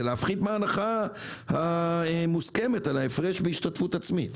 זה להפחית מההנחה המוסכמת על ההפרש בהשתתפות עצמית.